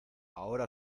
ahora